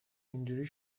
اینجوری